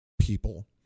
people